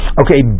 okay